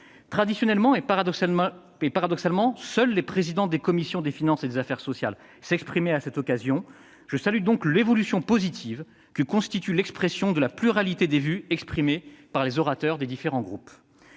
Traditionnellement, et paradoxalement, seuls les présidents des commissions des finances et des affaires sociales s'exprimaient à cette occasion. Je salue donc l'évolution positive que constitue l'expression de la pluralité des vues relatées par les orateurs des différents groupes.